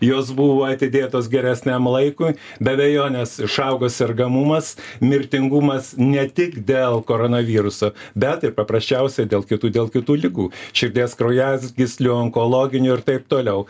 jos buvo atidėtos geresniam laikui be abejonės išaugo sergamumas mirtingumas ne tik dėl koronaviruso bet ir paprasčiausiai dėl kitų dėl kitų ligų širdies kraujagyslių onkologinių ir taip toliau